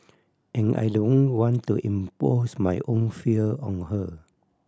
and I don't want to impose my own fear on her